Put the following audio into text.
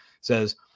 says